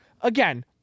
again